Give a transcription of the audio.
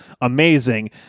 amazing